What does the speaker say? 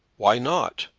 why not?